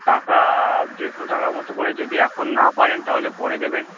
টাকা দেড়শো টাকা মতো করে যদি এখন না পারেন তাহলে পরে দেবেন